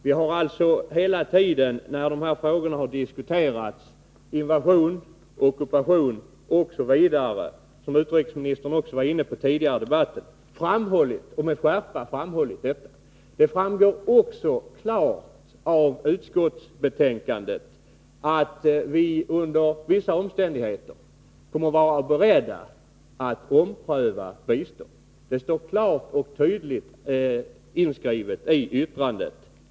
Vi har hela tiden med skärpa kritiserat Vietnams handlande när det gäller invasion och ockupation av annat land, en fråga som också utrikesministern tog upp tidigare i debatten. Det framgår också klart av utskottets betänkande att vi under vissa omständigheter kommer att vara beredda att ompröva vårt bistånd till länder som bedriver angreppskrig.